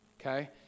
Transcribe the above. Okay